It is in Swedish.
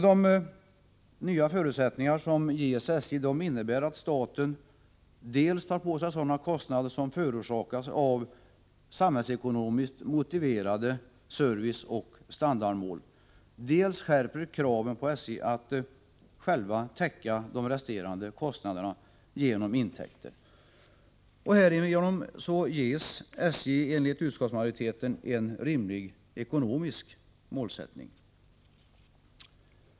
De nya förutsättningar som ges SJ innebär att staten dels tar på sig sådana kostnader som förorsakas av samhällsekonomiskt motiverade serviceoch standardmål, dels skärper kraven på SJ att täcka de resterande kostnaderna genom intäkter. Härigenom ges SJ enligt utskottsmajoriteten en rimlig ekonomisk målsättning.